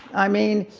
i mean,